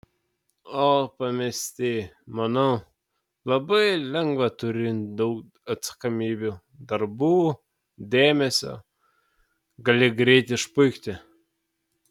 o pamesti manau labai lengva turint daug atsakomybių darbų dėmesio gali greit išpuikti